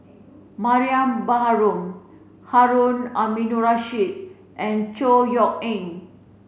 Mariam Baharom Harun Aminurrashid and Chor Yeok Eng